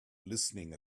listening